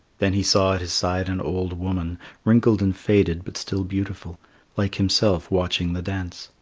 then he saw at his side an old woman wrinkled and faded, but still beautiful like himself watching the dance.